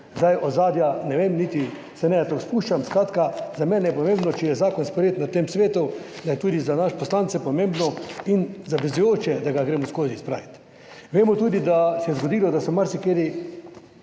Zdaj ozadja ne vem niti se ne na to spuščam, skratka za mene je pomembno, če je zakon sprejet na tem svetu, da je tudi za nas poslance pomembno in zavezujoče, da ga gremo skozi spraviti. Vemo tudi, da se je zgodilo, da so marsikateri